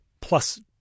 plus